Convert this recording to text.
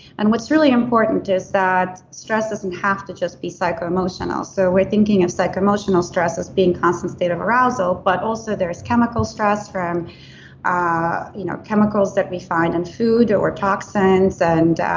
and what's really important is that stress doesn't have to just be psycho-emotional. so we're thinking of psycho-emotional stress as being constant state of arousal, but also there's chemical stress from ah you know chemicals that we find in food or toxins and